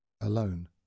alone